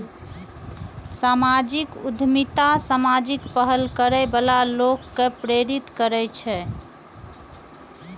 सामाजिक उद्यमिता सामाजिक पहल करै बला लोक कें प्रेरित करै छै